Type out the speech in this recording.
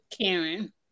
Karen